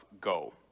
go